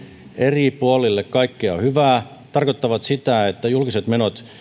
eri puolille kaikkea hyvää tarkoittavat sitä että julkiset menot